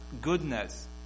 goodness